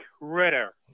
Ritter